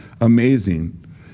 Amazing